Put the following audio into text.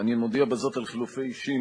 משרד התמ"ת על כל שלוחותיו,